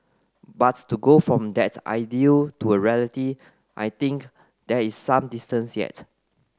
but to go from that ideal to a reality I think there is some distance yet